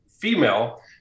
female